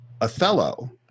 Othello